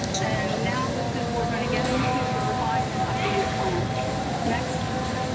and now this is we're going to get into the refined and updated plan next